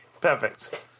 perfect